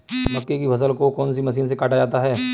मक्के की फसल को कौन सी मशीन से काटा जाता है?